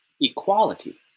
equality